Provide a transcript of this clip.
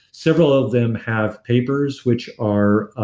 several of them have papers which are